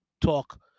talk